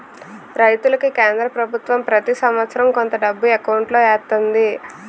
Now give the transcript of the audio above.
రైతులకి కేంద్ర పభుత్వం ప్రతి సంవత్సరం కొంత డబ్బు ఎకౌంటులో ఎత్తంది